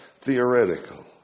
theoretical